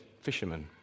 fishermen